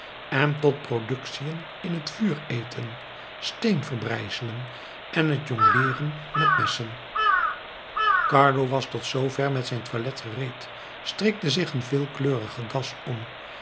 en tot productiën in het vuur eten steen verbrijzelen en het jongleeren met messen carlo was tot zoover met zijn toilet gereed strikte zich een veelkleurige das om